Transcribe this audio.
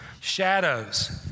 Shadows